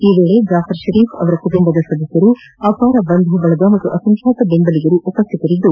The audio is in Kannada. ಈ ವೇಳೆ ಜಾಫರ್ ಷರೀಫ್ ಅವರ ಕುಟುಂಬದ ಸದಸ್ಯರು ಅಪಾರ ಬಂಧುಬಳಗ ಮತ್ತು ಅಸಂಖ್ಯಾತ ಬೆಂಬಲಿಗರು ಉಪಸ್ಟಿತರಿದ್ದು